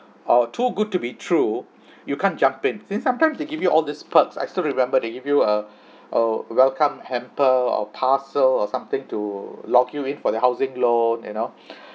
or too good to be true you can't jump in since sometimes they give you all this perks I still remember they give you uh uh welcome hamper or parcel or something to lock you in for their housing loan you know